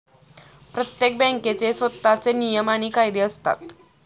प्रत्येक बँकेचे स्वतःचे नियम आणि कायदे असतात